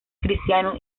cristiano